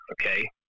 Okay